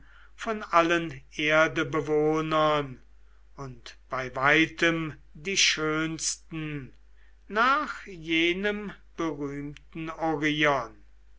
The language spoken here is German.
von allen erdebewohnern und bei weitem die schönsten nach jenem berühmten